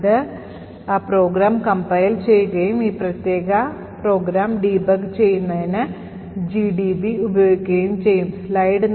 അത് ആ program compile ചെയ്യുകയും ആ പ്രത്യേക പ്രോഗ്രാം ഡീബഗ് ചെയ്യുന്നതിന് GDB ഉപയോഗിക്കുകയും ചെയ്യും